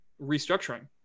restructuring